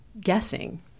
guessing